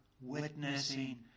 witnessing